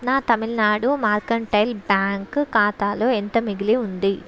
నా Tamil Nadu mercantile bank ఖాతాలో ఎంత మిగిలి ఉంది